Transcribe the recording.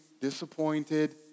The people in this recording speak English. disappointed